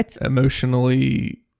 emotionally